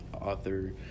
author